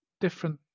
different